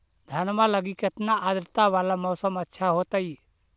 धनमा लगी केतना आद्रता वाला मौसम अच्छा होतई?